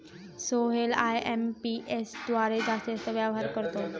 Sohail IMPS द्वारे जास्तीत जास्त व्यवहार करतो